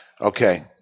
Okay